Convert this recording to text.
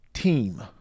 team